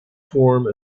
form